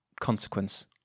consequence